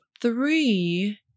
three